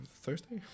Thursday